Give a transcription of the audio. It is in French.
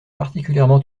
particulièrement